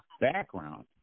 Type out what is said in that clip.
background